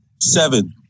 Seven